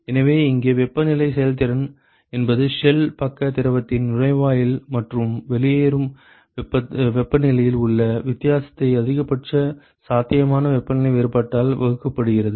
எனவே இங்கே வெப்பநிலை செயல்திறன் என்பது ஷெல் பக்க திரவத்தின் நுழைவாயில் மற்றும் வெளியேறும் வெப்பநிலையில் உள்ள வித்தியாசத்தை அதிகபட்ச சாத்தியமான வெப்பநிலை வேறுபாட்டால் வகுக்கப்படுகிறது